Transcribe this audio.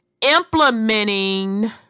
implementing